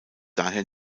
daher